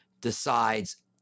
decides